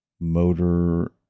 motor